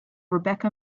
rebecca